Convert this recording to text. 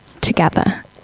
together